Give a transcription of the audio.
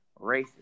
racist